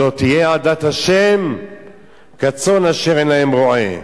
"ולא תהיה עדת ה' כצאן אשר אין להם רֹעה".